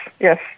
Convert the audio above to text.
yes